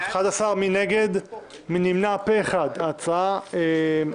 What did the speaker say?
בעד 11 נגד אין נמנעים אין ההצעה אושרה.